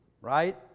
right